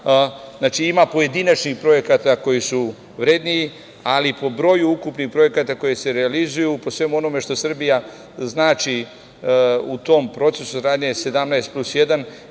ima pojedinačnih projekata koji su vredniji, ali po broju ukupnih projekata koji se realizuju, po svemu onome što Srbija znači u tom procesu saradnje „17 plus 1“,